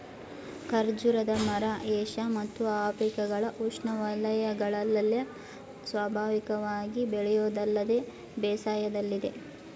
ಖರ್ಜೂರದ ಮರ ಏಷ್ಯ ಮತ್ತು ಆಫ್ರಿಕಗಳ ಉಷ್ಣವಯಗಳಲ್ಲೆಲ್ಲ ಸ್ವಾಭಾವಿಕವಾಗಿ ಬೆಳೆಯೋದಲ್ಲದೆ ಬೇಸಾಯದಲ್ಲಿದೆ